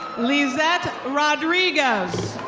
lizet rodriguez.